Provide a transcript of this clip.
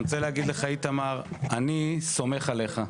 אני רוצה להגיד לך, איתמר, אני סומך עליך.